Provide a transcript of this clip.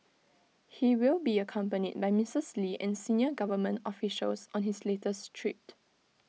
he will be accompanied by misses lee and senior government officials on his latest trip